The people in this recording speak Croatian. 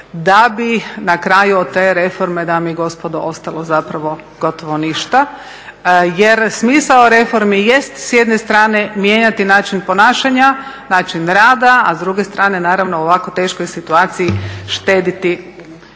da bi na kraju od te reforme dame i gospodo ostalo zapravo gotovo ništa. Jer smisao reformi jest s jedne strane mijenjati način ponašanja, način rada a s druge strane naravno u ovako teškoj situaciji štedjeti